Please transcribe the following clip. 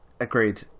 Agreed